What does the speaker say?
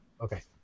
Okay